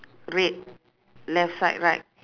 red left side right